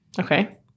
Okay